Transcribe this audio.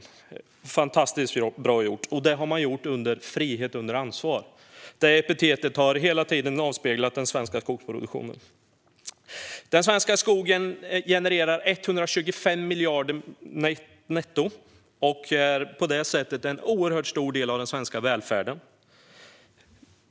Detta är fantastiskt bra gjort, och det har skett med frihet under ansvar, vilket hela tiden har präglat den svenska skogsproduktionen. Den svenska skogen genererar varje år 125 miljarder netto och är på det sättet en oerhört stor del av den svenska välfärden.